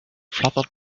fluttered